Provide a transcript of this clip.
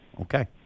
Okay